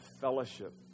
fellowship